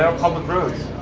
public roads.